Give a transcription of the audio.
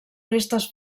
restes